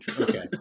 okay